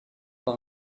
par